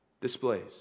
displays